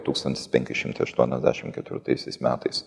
tūkstantis penki šimtai aštuoniasdešim ketvirtaisiais metais